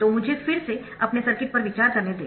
तो मुझे फिर से अपने सर्किट पर विचार करने दें